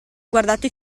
guardate